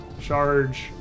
charge